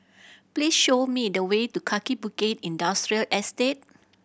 please show me the way to Kaki Bukit Industrial Estate